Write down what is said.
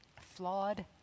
flawed